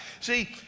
See